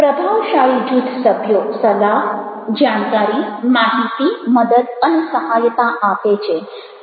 પ્રભાવશાળી જૂથ સભ્યો સલાહ જાણકારી માહિતી મદદ અને સહાયતા આપે છે